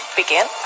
begin